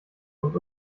und